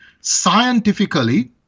Scientifically